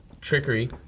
trickery